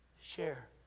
share